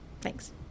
Thanks